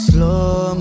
Slow